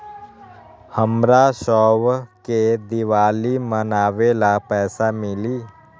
हमरा शव के दिवाली मनावेला पैसा मिली?